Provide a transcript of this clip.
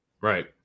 Right